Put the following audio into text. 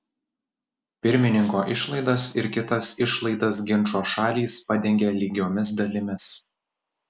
pirmininko išlaidas ir kitas išlaidas ginčo šalys padengia lygiomis dalimis